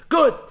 Good